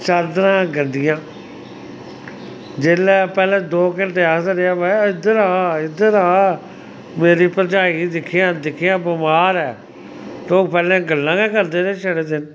चादरां गंदियां जेल्लै पैह्ले दो घैंटे आखदा रेहा में इद्धर आ इद्धर आ मेरी भरजाई गी दिक्खेआं दिक्खेआं बमार ऐ तो ओह् पैह्लें गल्लां गै करदे रेह् सारे दिन